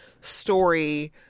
story